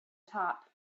top